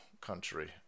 country